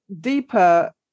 deeper